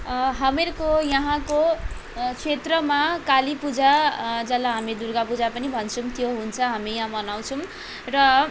हामीहरूको यहाँको क्षेत्रमा काली पूजा जसलाई हामी दुर्गा पूजा पनि भन्छौँ त्यो हुन्छ हामी यहाँ मनाउँछौँ र